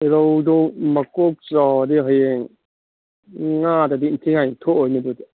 ꯔꯧꯗꯣ ꯃꯀꯣꯛ ꯆꯥꯎꯔꯗꯤ ꯍꯌꯦꯡ ꯉꯥꯗꯗꯤ ꯏꯊꯤꯅꯤꯡꯉꯥꯏ ꯊꯣꯛꯑꯣꯏꯅꯦ ꯑꯗꯨꯗꯤ